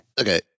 okay